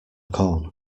corn